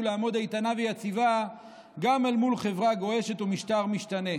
לעמוד איתנה ויציבה גם אל מול חברה גועשת ומשטר משתנה".